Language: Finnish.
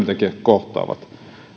työpaikat ja työntekijät kohtaavat